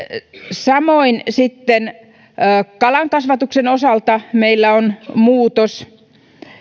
samoin kalankasvatuksen osalta meillä on muutos